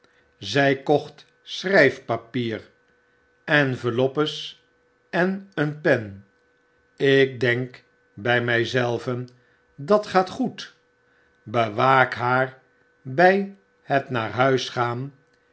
zg kocht schrjjfpapier enveloppes en een pen ik denkbjjmij zelven dat gaat goed bewaak haar bij het naar huis gaan